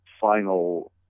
final